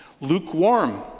lukewarm